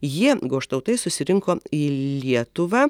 jie goštautai susirinko į lietuvą